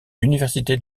université